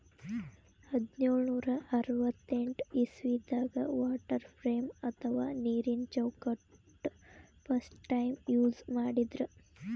ಹದ್ದ್ನೋಳ್ ನೂರಾ ಅರವತ್ತೆಂಟ್ ಇಸವಿದಾಗ್ ವಾಟರ್ ಫ್ರೇಮ್ ಅಥವಾ ನೀರಿನ ಚೌಕಟ್ಟ್ ಫಸ್ಟ್ ಟೈಮ್ ಯೂಸ್ ಮಾಡಿದ್ರ್